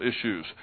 issues